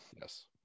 Yes